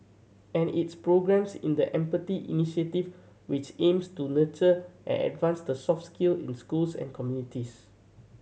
and its programmes in the Empathy Initiative which aims to nurture and advance the soft skill in schools and communities